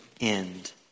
end